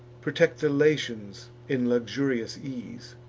protect the latians in luxurious ease.